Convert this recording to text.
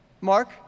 Mark